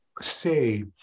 say